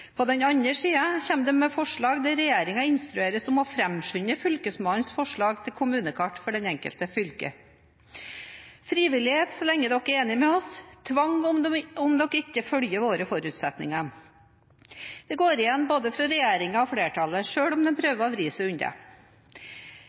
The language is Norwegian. På den andre siden kommer de med forslag der regjeringen instrueres om å framskynde fylkesmannens forslag til kommunekart for det enkelte fylket. Frivillighet så lenge dere er enige med oss, tvang om dere ikke følger våre forutsetninger. Det går igjen både fra regjeringen og flertallet, selv om de prøver å vri seg